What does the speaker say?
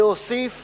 להוסיף